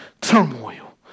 turmoil